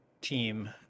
team